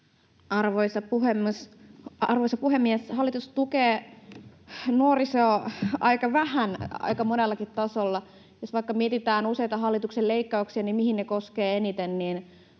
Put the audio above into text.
Arvoisa puhemies! Hallitus tukee nuorisoa aika vähän aika monellakin tasolla. Jos vaikka mietitään useita hallituksen leikkauksia ja sitä, mihin ne koskevat eniten, niin